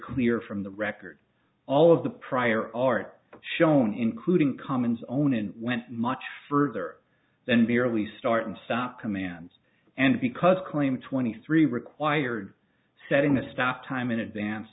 clear from the record all of the prior art shown including commons own and went much further than merely start and stop commands and because claim twenty three required setting the stop time in advance